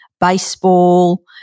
baseball